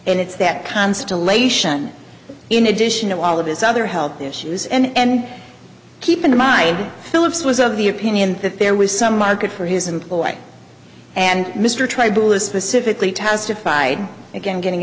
and it's that constellation in addition to all of his other health issues and keep in mind phillips was of the opinion that there was some market for his employees and mr tribalist specifically testified again getting